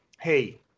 hey